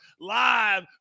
live